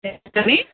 ఏంటది